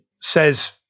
says